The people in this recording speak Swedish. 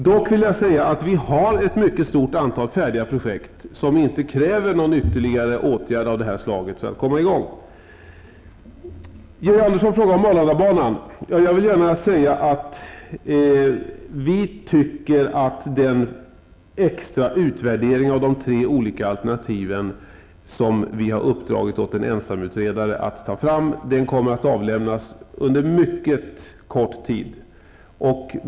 Dock vill jag säga att det finns ett mycket stort antal färdiga projekt, som inte kräver någon ytterligare åtgärd av det här slaget för att komma i gång. Georg Andersson frågar om Arlandabanan. Den extra utvärdering av de tre alternativen som vi har uppdragit åt en ensamutredare att ta fram kommer att lämnas mycket snart.